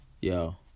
yo